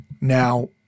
Now